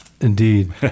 indeed